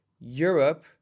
Europe